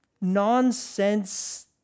nonsense